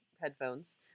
headphones